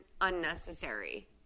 unnecessary